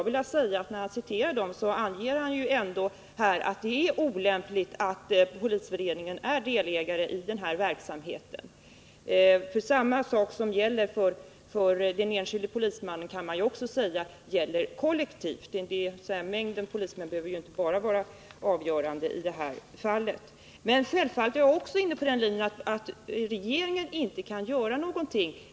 Därmed anger han ju ändå att det är olämpligt att en polisförening är delägare i sådan verksamhet som vi här talar om. Det som gäller för den enskilde polismannen måste ju också gälla för polismännen kollektivt. Jag är också inne på den linjen att regeringen inte kan göra någonting.